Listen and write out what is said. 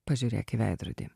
pažiūrėk į veidrodį